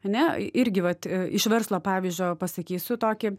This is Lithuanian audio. ane irgi vat iš verslo pavyzdžio pasakysiu tokį